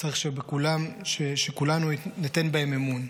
צריך שכולנו ניתן בהם אמון.